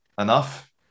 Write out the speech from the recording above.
enough